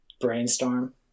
Brainstorm